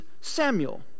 Samuel